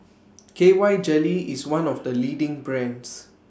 K Y Jelly IS one of The leading brands